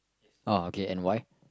oh okay and why